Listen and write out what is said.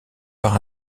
par